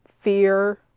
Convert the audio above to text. fear